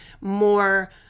more